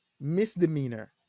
misdemeanor